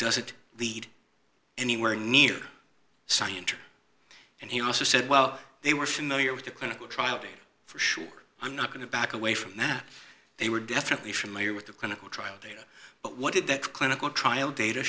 doesn't lead anywhere near scienter and he also said well they were familiar with the clinical trials for sure i'm not going to back away from that they were definitely familiar with the clinical trial data but what did that clinical trial data